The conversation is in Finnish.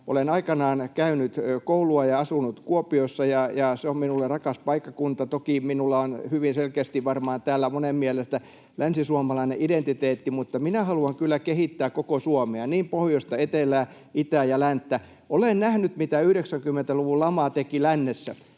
Olen aikanaan käynyt koulua ja asunut Kuopiossa, ja se on minulle rakas paikkakunta. Toki minulla on hyvin selkeästi, varmaan täällä monen mielestä, länsisuomalainen identiteetti, mutta minä haluan kyllä kehittää koko Suomea, niin pohjoista, etelää, itää kuin länttä. Olen nähnyt, mitä 90-luvun lama teki lännessä.